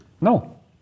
No